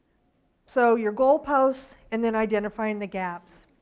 so your goal posts and then identifying the gaps.